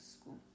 school